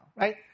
right